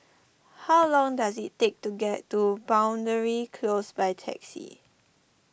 how long does it take to get to Boundary Close by taxi